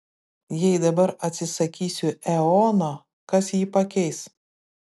jei dabar atsisakysiu eono kas jį pakeis